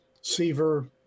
Seaver